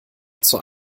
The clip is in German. zur